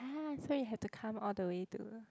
ah so you have to come all the way to